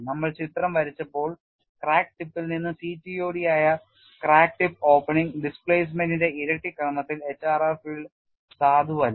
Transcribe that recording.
നമ്മൾ ചിത്രം വരച്ചപ്പോൾ ക്രാക്ക് ടിപ്പിൽ നിന്ന് CTOD ആയ ക്രാക്ക് ടിപ്പ് ഓപ്പണിംഗ് ഡിസ്പ്ലേസ്മെന്റിന്റെ ഇരട്ടി ക്രമത്തിൽ HRR ഫീൽഡ് സാധുവല്ല